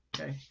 Okay